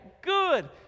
Good